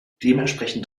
dementsprechend